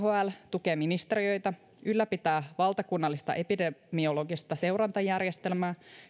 tukee ministeriötä ylläpitää valtakunnallista epidemiologista seurantajärjestelmää